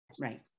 Right